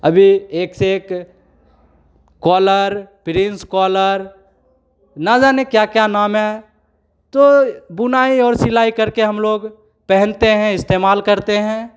अभी एक से एक कॉलर प्रिंस कॉलर न जाने क्या क्या नाम है तो बुनाई और सिलाई करके हम लोग पहनते हैं इस्तेमाल करते हैं